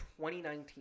2019